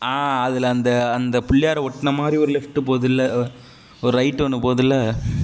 ஆ அதில் அந்த அந்த பிள்ளையார ஒட்டின மாதிரி ஒரு லெஃப்ட்டு போகுதுல்ல ஒரு ரைட்டு ஒன்று போகுதுல